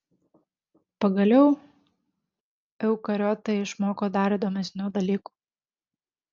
pagaliau eukariotai išmoko dar įdomesnių dalykų